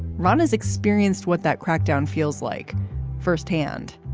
rana's experienced what that crackdown feels like firsthand.